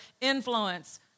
influence